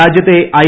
രാജ്യത്തെ ഐ